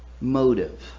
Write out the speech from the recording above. motive